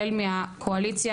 כולל מהקואליציה,